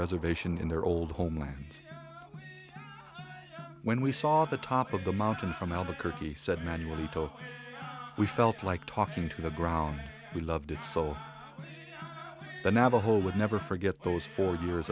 reservation in their old homeland when we saw the top of the mountain from albuquerque said manually we felt like talking to the ground we loved it so the navajo would never forget those four years